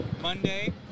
Monday